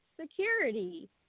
security